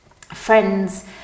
friends